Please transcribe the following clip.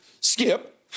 skip